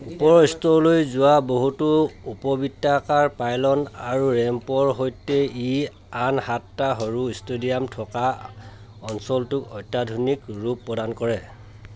ওপৰৰ স্তৰলৈ যোৱা বহুতো উপবৃত্তাকাৰ পাইলন আৰু ৰেম্পৰ সৈতে ই আন সাতটা সৰু ষ্টেডিয়াম থকা অঞ্চলটোক অত্যাধুনিক ৰূপ প্ৰদান কৰে